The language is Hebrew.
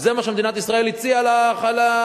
זה מה שמדינת ישראל הציעה לתובע: